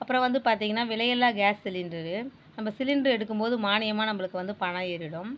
அப்புறம் வந்து பார்த்திங்கன்னா விலையில்லா கேஸ் சிலிண்டரு நம்ப சிலிண்டர் எடுக்கும்போது மானியமாக நம்பளுக்கு வந்து பணம் ஏறிவிடும்